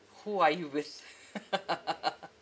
who are you with